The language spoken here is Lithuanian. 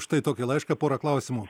štai tokį laišką porą klausimų